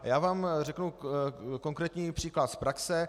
Já vám řeknu konkrétní příklad z praxe.